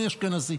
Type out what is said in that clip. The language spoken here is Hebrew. אני אשכנזי,